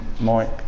Mike